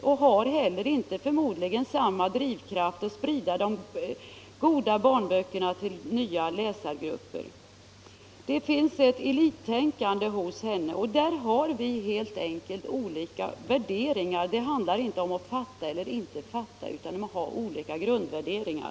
Hon har förmodligen inte heller samma drivkraft att sprida de goda barnböckerna till nya läsargrupper. Det finns ett elittänkande hos fru Mogård, och där har vi helt enkelt olika värderingar. Det handlar inte om att fatta eller inte fatta, utan om att vi har olika grundvärderingar.